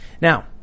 Now